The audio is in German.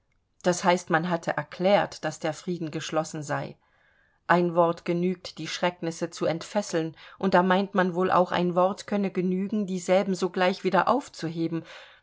das heißt man hatte erklärt daß der frieden geschlossen sei ein wort genügt die schrecknisse zu entfesseln und da meint man wohl auch ein wort könne genügen dieselben sogleich wieder aufzuheben